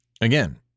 Again